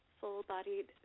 full-bodied